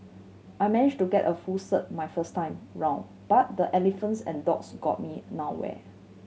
I managed to get a full cert my first time round but the elephants and dogs got me nowhere